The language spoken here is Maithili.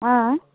आयं